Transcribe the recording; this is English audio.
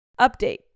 update